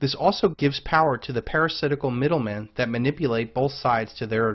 this also gives power to the parasitical middle men that manipulate both sides to their